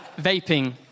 vaping